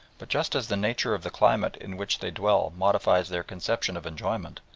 but just as the nature of the climate in which they dwell modifies their conception of enjoyment,